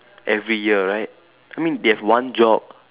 every year right I mean they have one job